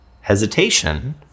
hesitation